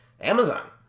Amazon